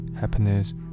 happiness